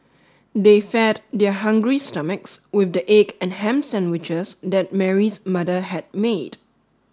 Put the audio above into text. they fed their hungry stomachs with the egg and ham sandwiches that Mary's mother had made